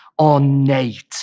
ornate